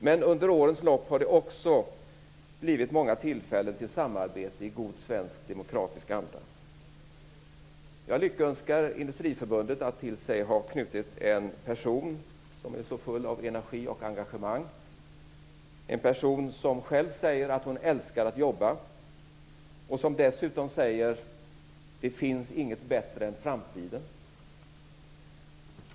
Men under årens lopp har det också blivit många tillfällen till samarbete i god svensk demokratisk anda. Jag lyckönskar Industriförbundet att till sig ha knutit en person som är så full av energi och engagemang, en person som själv säger att hon älskar att jobba och som dessutom säger: Det finns inget bättre än framtiden.